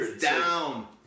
down